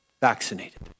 vaccinated